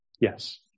Yes